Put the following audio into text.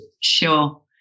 sure